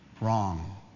Wrong